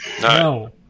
No